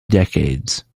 decades